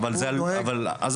הוא דואג --- עזוב,